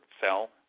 fell